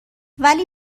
ولی